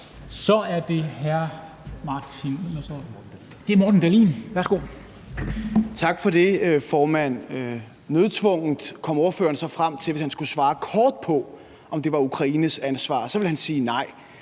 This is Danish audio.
Dahlin. Værsgo. Kl. 13:59 Morten Dahlin (V): Tak for det, formand. Nødtvunget kom ordføreren så frem til, at hvis han skulle svare kort på, om det var Ukraines ansvar, ville han sige nej.